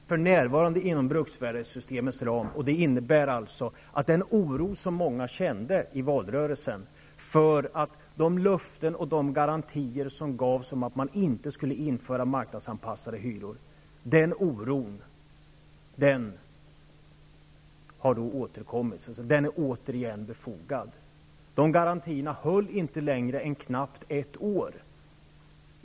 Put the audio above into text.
Fru talman! ''För närvarande inom bruksvärdessystemets ram.'' Det innebär alltså att den oro som många kände i valrörelsen för att de löften och de garantier som gavs om att man inte skulle införa marknadsanpassade hyror åter är befogad. Garantierna höll inte längre än knappt ett år.